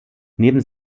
neben